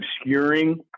obscuring